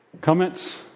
Comments